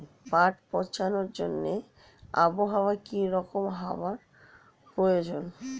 পাট পচানোর জন্য আবহাওয়া কী রকম হওয়ার প্রয়োজন?